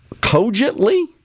cogently